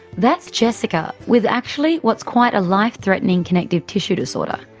that's jessica with actually what's quite a life threatening connective tissue disorder.